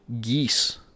geese